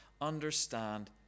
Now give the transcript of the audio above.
understand